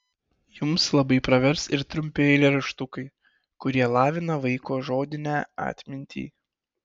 jums labai pravers ir trumpi eilėraštukai kurie lavina vaiko žodinę atmintį